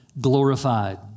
glorified